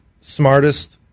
smartest